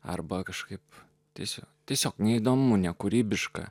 arba kažkaip tiesiog tiesiog neįdomu nekūrybiška